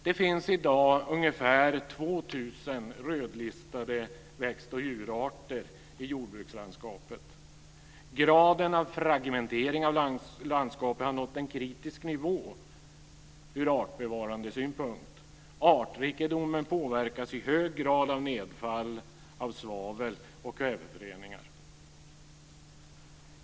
Det finns i dag ungefär 2 000 rödlistade växt och djurarter i jordbrukslandskapet. Graden av fragmentering av landskapet har nått en kritisk nivå ur artbevarandesynpunkt. Artrikedomen påverkas i hög grad av nedfall av svavel och kväveföreningar.